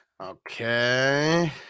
Okay